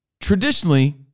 Traditionally